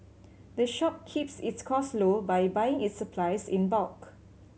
the shop keeps its cost low by buying its supplies in bulk